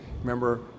remember